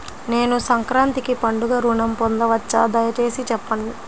నేను సంక్రాంతికి పండుగ ఋణం పొందవచ్చా? దయచేసి చెప్పండి?